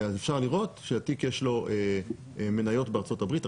אז אפשר לראות שהתיק יש לו מניות בארצות הברית,